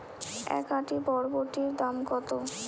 এক আঁটি বরবটির দাম কত?